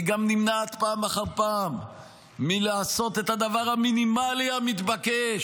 היא גם נמנעת פעם אחר פעם מלעשות את הדבר המינימלי המתבקש,